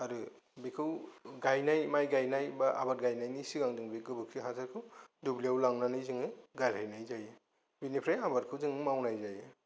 आरो बेखौ गायनाय माय गायनाय बा आबाद गायनायनि सिगांनो बे गोबोरखि हासारखौ दुब्लियाव लांनानै जोङो गारहैनाय जायो बेनिफ्राय आबादखौ जों मावनाय जायो